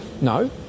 No